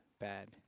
bad